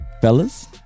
fellas